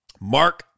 Mark